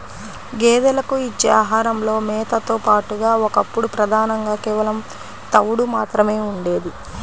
గేదెలకు ఇచ్చే ఆహారంలో మేతతో పాటుగా ఒకప్పుడు ప్రధానంగా కేవలం తవుడు మాత్రమే ఉండేది